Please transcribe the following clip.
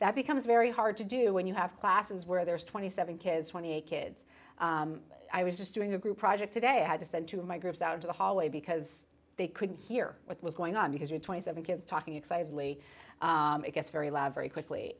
that becomes very hard to do when you have classes where there's twenty seven kids twenty eight kids i was just doing a group project today i had to send to my groups out into the hallway because they couldn't hear what was going on because you're twenty seven kids talking excitedly it gets very loud very quickly